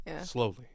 Slowly